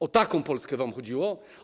O taką Polskę wam chodziło?